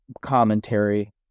commentary